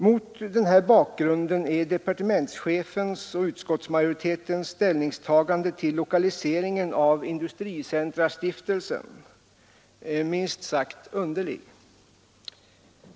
Mot den bakgrunden är departementschefens och utskottsmajoritetens ställningstagande till lokaliseringen av industricenterstiftelsen minst sagt underligt.